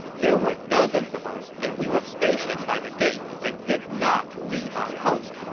there were dozens of us and we were stationed by the gate and did not leave our post.